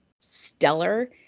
stellar